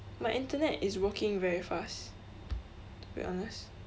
my internet is working very fast to be honest